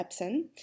Epson